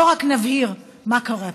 בואו רק נבהיר מה קרה פה: